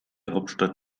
hauptstadt